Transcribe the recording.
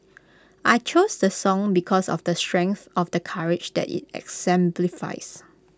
I chose the song because of the strength of the courage that IT exemplifies